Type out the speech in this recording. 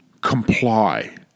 comply